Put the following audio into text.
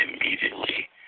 immediately